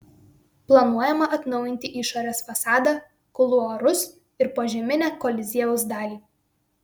planuojama atnaujinti išorės fasadą kuluarus ir požeminę koliziejaus dalį